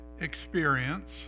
experience